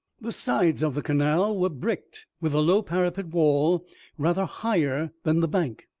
the sides of the canal were bricked, with a low parapet wall rather higher than the bank.